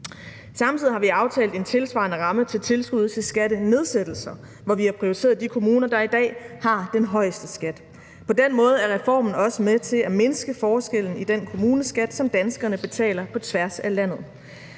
Samtidig har vi aftalt en tilsvarende ramme til tilskud til skattenedsættelser, hvor vi har prioriteret de kommuner, der i dag har den højeste skat. På den måde er reformen også med til at mindske forskellen i den kommuneskat, som danskerne betaler på tværs af landet.